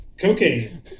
cocaine